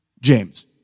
James